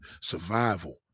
survival